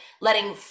letting